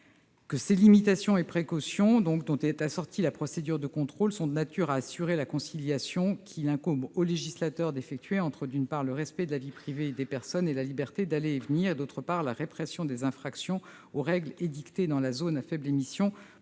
que les limitations et précautions dont est assortie la procédure de contrôle étaient « de nature à assurer la conciliation qu'il incombe au législateur d'effectuer entre, d'une part, le respect de la vie privée des personnes et la liberté d'aller et venir et, d'autre part, la répression des infractions aux règles édictées dans la zone à faibles émissions